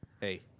Hey